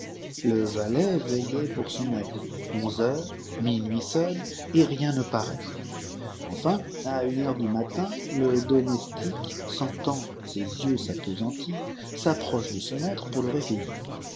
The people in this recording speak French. le valet veillait pour son maître onze heures minuit sonnent et rien ne parait enfin à une heure du matin le domestique sentant ses yeux s'appesantir s'approche de son maître pour le réveiller